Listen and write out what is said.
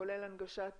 כולל הנגשת